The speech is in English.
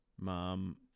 mom